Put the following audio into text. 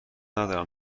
ندارم